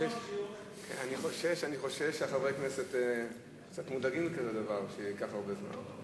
אני חושש שחברי הכנסת קצת מודאגים מדבר כזה שייקח הרבה זמן.